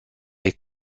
est